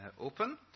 open